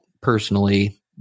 personally